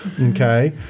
okay